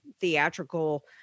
theatrical